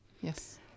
Yes